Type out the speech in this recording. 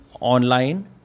online